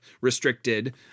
restricted